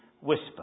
whisper